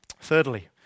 Thirdly